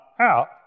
out